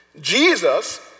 Jesus